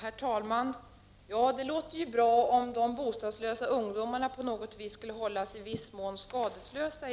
Herr talman! Det låter ju bra att de bostadslösa ungdomarna i detta fall på något sätt i viss utsträckning skulle hållas skadeslösa.